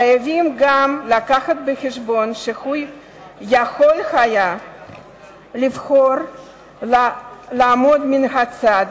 חייבים גם לקחת בחשבון שהוא יכול היה לבחור לעמוד מן הצד,